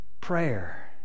prayer